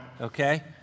Okay